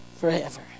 forever